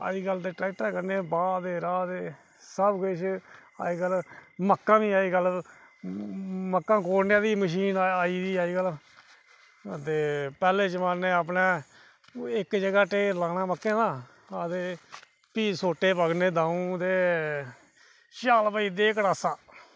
अज्जकल ते ट्रैक्टरे राह्दे बाह्दे सब किश अज्जकल मक्कां बी अज्जकल मक्कां कोड़ने आह्ली मशीन आई दी अज्जकल ते पैह्ले जमानै च अपने इक्क जगह ढेर लाना मक्कें दा ते भी सोटे पकड़ने दे ते अंऊ शाबा भई दे कटासा